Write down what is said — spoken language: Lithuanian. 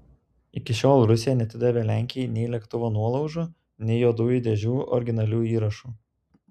iki šiol rusija neatidavė lenkijai nei lėktuvo nuolaužų nei juodųjų dėžių originalių įrašų